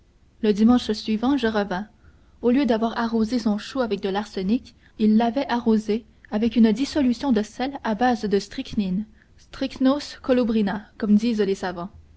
le dimanche suivant je revins au lieu d'avoir arrosé son chou avec de l'arsenic il l'avait arrosé avec une dissolution de sel à bas de strychnine strychnos colubrina comme disent les savants